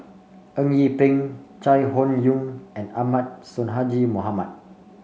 Eng Yee Peng Chai Hon Yoong and Ahmad Sonhadji Mohamad